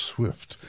Swift